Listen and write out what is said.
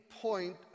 point